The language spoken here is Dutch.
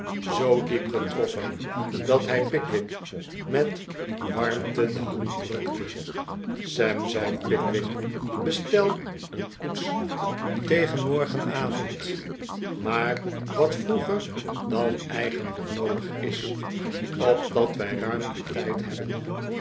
zoo diep getroffen dat hij pickwick met warmte de hand drukte sam zei pickwick bestel een koets tegen morgenavondj maar wat vroeger dan eigenlijk noodig is opdat wij ruim den tijd hebben